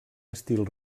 estil